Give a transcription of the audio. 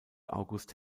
august